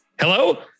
Hello